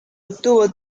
obtuvo